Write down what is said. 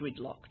gridlocked